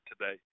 today